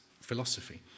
philosophy